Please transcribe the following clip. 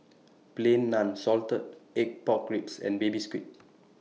Plain Naan Salted Egg Pork Ribs and Baby Squid